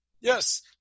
yes